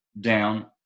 down